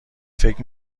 فکر